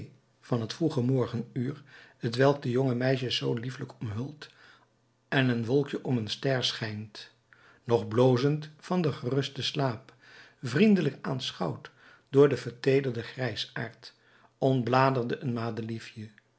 van het vroege morgenuur t welk de jonge meisjes zoo liefelijk omhult en een wolkje om een ster schijnt nog blozend van den gerusten slaap vriendelijk aanschouwd door den verteederden grijsaard ontbladerde